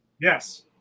Yes